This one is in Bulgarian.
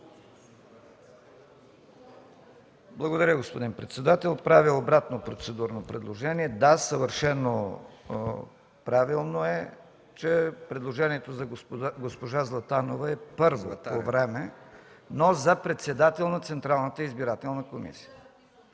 Благодаря, господин председател. Правя обратно процедурно предложение. Да, съвършено правилно е, че предложението на госпожа Златанова е първо по време, но за председател на Централната избирателна комисия.